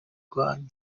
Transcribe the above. rwanyu